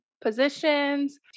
positions